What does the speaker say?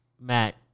Matt